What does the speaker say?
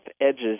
edges